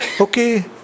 Okay